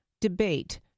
debate